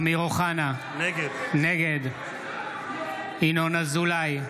אמיר אוחנה, נגד ינון אזולאי,